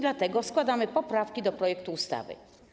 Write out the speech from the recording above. Dlatego składamy poprawki do projektu ustawy.